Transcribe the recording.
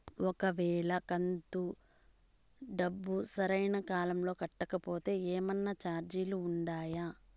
ఒక వేళ కంతు డబ్బు సరైన కాలంలో కట్టకపోతే ఏమన్నా చార్జీలు ఉండాయా?